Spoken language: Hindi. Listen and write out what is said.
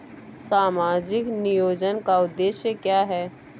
सामाजिक नियोजन का उद्देश्य क्या है?